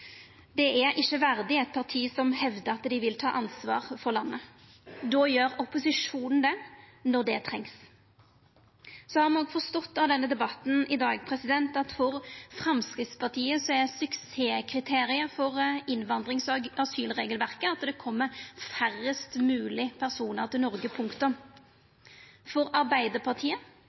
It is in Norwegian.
Det er ikkje verdig eit parti som hevdar at dei vil ta ansvar for landet. Då gjer opposisjonen det, når det trengst. Me har òg forstått av denne debatten i dag at for Framstegspartiet er suksesskriteriet for innvandrings- og asylregelverket at det kjem færrast mogleg personar til Noreg, punktum. For Arbeidarpartiet